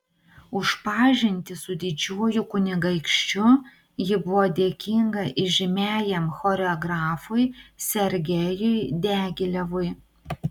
už pažintį su didžiuoju kunigaikščiu ji buvo dėkinga įžymiajam choreografui sergejui diagilevui